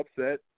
upset